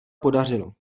podařilo